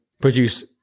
produce